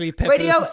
Radio